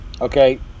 Okay